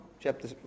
chapter